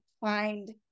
find